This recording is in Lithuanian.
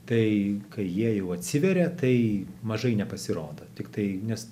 tai kai jie jau atsiveria tai mažai nepasirodo tiktai nes